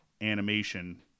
animation